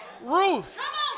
Ruth